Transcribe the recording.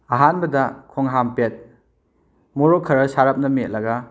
ꯑꯍꯥꯟꯕꯗ ꯈꯣꯡꯍꯥꯝꯄꯦꯠ ꯃꯣꯔꯣꯛ ꯈꯔ ꯁꯥꯔꯞꯅ ꯃꯦꯠꯂꯒ